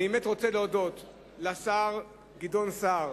אני באמת רוצה להודות לשר גדעון סער